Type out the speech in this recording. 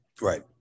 Right